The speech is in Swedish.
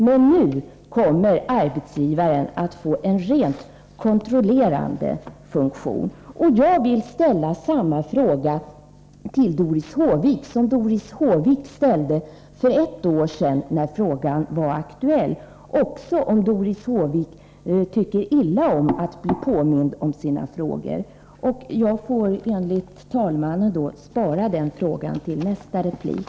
Men nu kommer arbetsgivaren att få en rent kontrollerande funktion. Jag vill ställa samma fråga till Doris Håvik som hon ställde när ärendet var aktuellt för ett år sedan, även om Doris Håvik tycker illa om att bli påmind om sina frågor. Jag ser att min repliktid är ute, och jag får, herr talman, återkomma till min fråga till Doris Håvik i nästa replik.